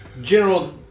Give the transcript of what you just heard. General